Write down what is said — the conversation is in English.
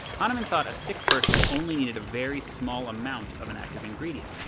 hahnemann thought a sick person only needed a very small amount of an active ingredient.